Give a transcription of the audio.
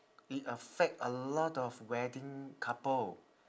it affect a lot of wedding couple